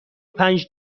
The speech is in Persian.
پنج